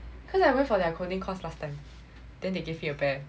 cause I went for their coding course last time then they give me a bear the